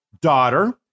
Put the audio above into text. daughter